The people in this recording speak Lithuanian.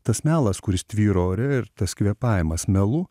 tas melas kuris tvyro ore ir tas kvėpavimas melu